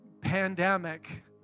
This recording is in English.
pandemic